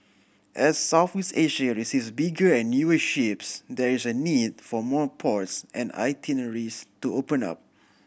as Southeast Asia receives bigger and newer ships there is a need for more ports and itineraries to open up